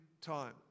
time